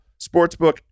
sportsbook